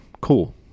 cool